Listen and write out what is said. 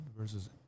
versus